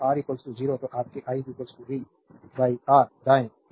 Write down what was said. तो जब R 0 तो आपके i v R दाएं